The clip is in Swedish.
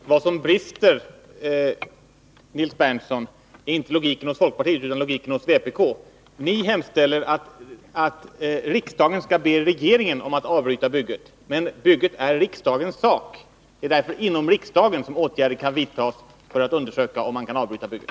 Herr talman! Vad som brister, Nils Berndtson, är inte logiken hos folkpartiet utan logiken hos vpk. Ni hemställer att riksdagen skall be regeringen att avbryta bygget. Men bygget är riksdagens sak. Det är därför inom riksdagen som åtgärder kan vidtas för att undersöka om man kan avbryta bygget.